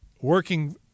working